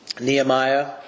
Nehemiah